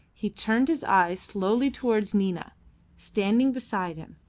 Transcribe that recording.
he turned his eyes slowly towards nina standing beside him,